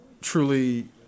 truly